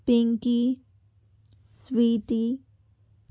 Pinky Sweety